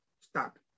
Stop